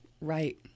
Right